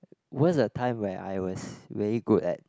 was the time where I was really good at